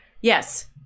yes